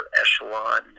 echelon